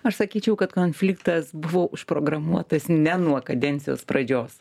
aš sakyčiau kad konfliktas buvo užprogramuotas ne nuo kadencijos pradžios